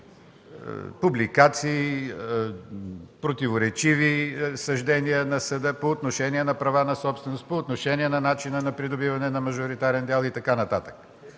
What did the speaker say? публикации, противоречиви съждения на съда по отношение на права на собственост, по отношение на начина на придобиване на мажоритарен дял и така нататък.